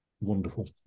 wonderful